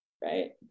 right